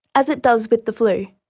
as it does with the flu?